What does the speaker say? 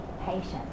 patience